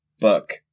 book